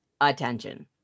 attention